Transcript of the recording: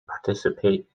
participate